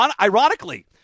ironically